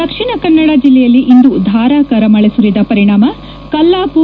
ದಕ್ಷಿಣ ಕನ್ನಡ ಜಲ್ಲೆಯಲ್ಲಿ ಇಂದು ಧಾರಾಕಾರ ಮಳಿ ಸುರಿದ ಪರಿಣಾಮ ಕಲ್ಲಾಪು